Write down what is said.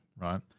right